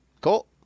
cool